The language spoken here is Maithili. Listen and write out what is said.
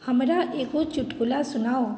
हमरा एगो चुटकुला सुनाउ